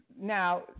now